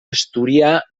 asturià